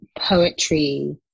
poetry